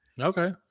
Okay